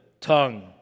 tongue